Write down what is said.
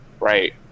Right